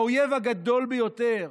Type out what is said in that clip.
האויב הגדול ביותר